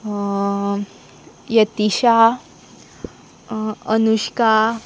Yatisha Anushka